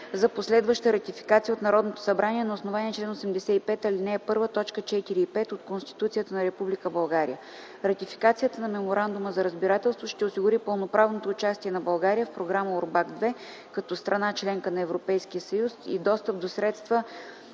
за последваща ратификация от Народното събрание на основание чл. 85, ал. 1, т. 4 и 5 от Конституцията на Република България. Ратификацията на меморандума за разбирателство ще осигури пълноправното участие на България в програма „УРБАКТ II” като страна – членка на Европейския съюз, и достъп до средства